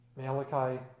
Malachi